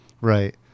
Right